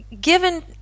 given